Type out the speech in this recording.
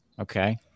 Okay